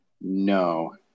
No